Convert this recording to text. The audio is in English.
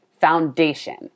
foundation